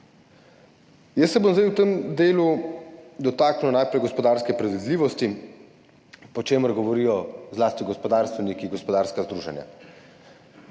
Jaz se bom zdaj v tem delu dotaknil najprej gospodarske predvidljivosti, o čemer govorijo zlasti gospodarstveniki, gospodarska združenja.